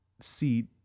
seat